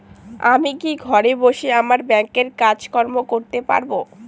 আমি কি ঘরে বসে আমার ব্যাংকের কাজকর্ম করতে পারব?